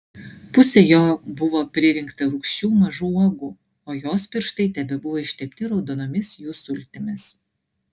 pusė jo buvo pririnkta rūgščių mažų uogų o jos pirštai tebebuvo ištepti raudonomis jų sultimis